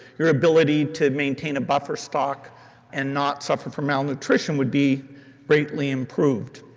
your ability to maintain a buffer stock and not suffer from malnutrition would be greatly improved.